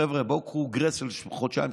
חבר'ה, בואו קחו גרייס של חודשיים-שלושה.